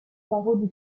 barreau